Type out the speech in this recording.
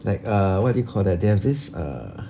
like err what do you call that they have this err